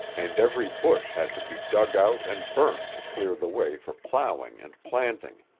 and every bush had to be dug out and burnt to clear the way for ploughing and planting.